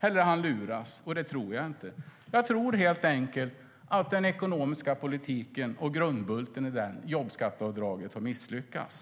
Eller också luras finansministern, men det tror jag inte. Jag tror helt enkelt att den ekonomiska politiken och grundbulten i den, jobbskatteavdraget, har misslyckats.